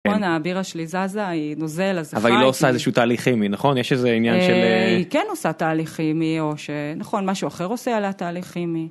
בוא'נה, הבירה שלי זזה, היא נוזל, אז זה חייבת. אבל היא לא עושה איזה שהוא תהליך כימי, נכון? יש איזה עניין של... היא כן עושה תהליך כימי, או ש... נכון, משהו אחר עושה על התהליך כימי.